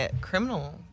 criminal